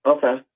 Okay